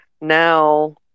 now